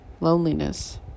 loneliness